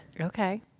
Okay